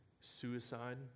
suicide